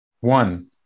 One